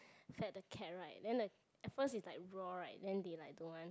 fed the cat right then the at first it's like raw right then they like don't want